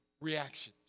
reactions